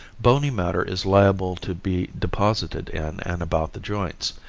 bony matter is liable to be deposited in and about the joints,